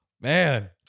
Man